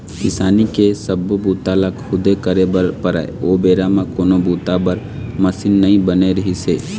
किसानी के सब्बो बूता ल खुदे करे बर परय ओ बेरा म कोनो बूता बर मसीन नइ बने रिहिस हे